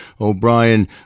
O'Brien